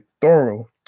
thorough